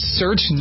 search